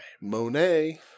Monet